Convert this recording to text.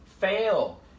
Fail